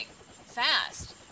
fast